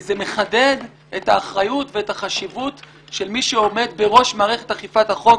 זה מחדד את האחריות ואת החשיבות של מי שעומד בראש מערכת אכיפת החוק.